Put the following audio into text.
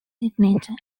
signature